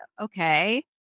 okay